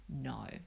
No